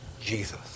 Jesus